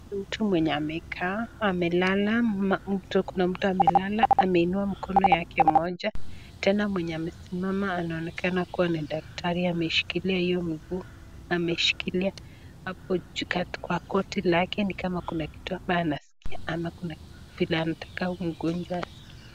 Ni mtu mwenye amekaa, amelala, kuna mtu amelala ameinua mkono yake moja, tena mwenye amesimama anaonekana kuwa ni daktari ameshikilia hiyo mguu, ameshikilia hapo kwa goti lake ni kama kuna kitu ambayo anaskia ama vile anataka huyu mgonjwa askie.